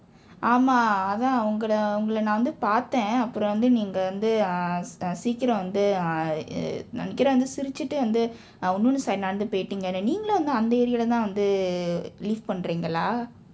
ஆமாம் அதான் உங்களை உங்களை நான் வந்து பார்த்தேன் அப்புறம் வந்து நீங்க வந்து:aamaam athaan ungkalai ungkalai naan vandthu paarththeen ah சீக்கிரம் வந்து:sikkiram vandthu ah நினைக்கறேன் வந்து சிரிச்சிட்டு வந்து இன்னொரு:ninaikkireen vandthu sirichsitdu vandthu innoru side நடந்து போய்ட்டிங்க நீங்களும் அந்த:nadandthu pooytdingka niingkalum andtha area-villa வந்து:vandthu live பண்ணறீங்களா:pannariingkala